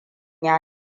ya